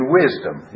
wisdom